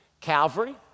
Calvary